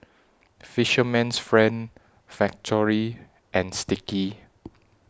Fisherman's Friend Factorie and Sticky